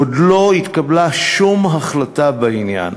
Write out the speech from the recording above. עוד לא התקבלה שום החלטה בעניין,